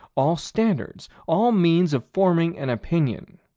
all standards, all means of forming an opinion